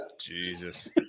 Jesus